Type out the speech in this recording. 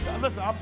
Listen